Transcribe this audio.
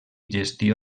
gestió